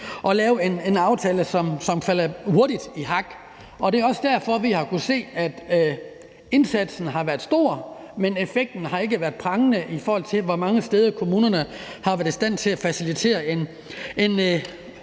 og få det til at falde hurtigt i hak. Det er også derfor, vi har kunnet se, at indsatsen har været stor, men at effekten ikke har været prangende, i forhold til hvor mange steder kommunerne har været i stand til at facilitetere en